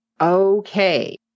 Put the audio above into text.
Okay